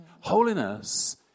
Holiness